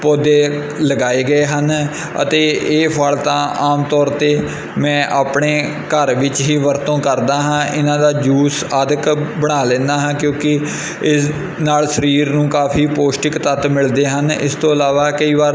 ਪੌਦੇ ਲਗਾਏ ਗਏ ਹਨ ਅਤੇ ਇਹ ਫ਼ਲ ਤਾਂ ਆਮ ਤੌਰ 'ਤੇ ਮੈਂ ਆਪਣੇ ਘਰ ਵਿੱਚ ਹੀ ਵਰਤੋਂ ਕਰਦਾ ਹਾਂ ਇਹਨਾਂ ਦਾ ਜੂਸ ਆਦਿ ਬਣਾ ਲੈਂਦਾ ਹਾਂ ਕਿਉਂਕਿ ਇਸ ਨਾਲ ਸਰੀਰ ਨੂੰ ਕਾਫੀ ਪੋਸ਼ਟਿਕ ਤੱਤ ਮਿਲਦੇ ਹਨ ਇਸ ਤੋਂ ਇਲਾਵਾ ਕਈ ਵਾਰ